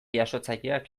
jasotzaileak